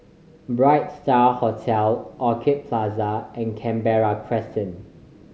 Bright Star Hotel Orchid Plaza and Canberra Crescent